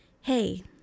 Hey